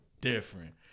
Different